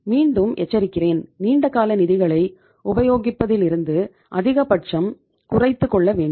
மீண்டும் எச்சரிக்கிறேன் நீண்டகால நிதிகளை உபயோகிப்பதிலிருந்து அதிகபட்சம் குறைத்துக்கொள்ளவேண்டும்